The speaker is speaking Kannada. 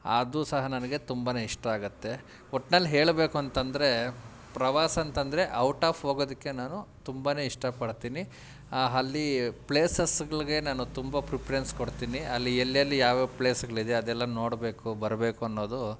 ಅದೂ ಸಹ ನನಗೆ ತುಂಬಾ ಇಷ್ಟ ಆಗತ್ತೆ ಒಟ್ನಲ್ಲಿ ಹೇಳಬೇಕು ಅಂತಂದರೆ ಪ್ರವಾಸ ಅಂತಂದರೆ ಔಟ್ ಆಫ್ ಹೋಗೋದಕ್ಕೆ ನಾನು ತುಂಬಾ ಇಷ್ಟಪಡ್ತೀನಿ ಆ ಅಲ್ಲಿ ಪ್ಲೇಸಸ್ಗಳಿಗೆ ನಾನು ತುಂಬ ಪ್ರಿಪರೆನ್ಸ್ ಕೊಡ್ತೀನಿ ಅಲ್ಲಿ ಎಲ್ಲೆಲ್ಲಿ ಯಾವ್ಯಾವ ಪ್ಲೇಸ್ಗಳಿದೆ ಅದೆಲ್ಲ ನೋಡಬೇಕು ಬರಬೇಕು ಅನ್ನೋದು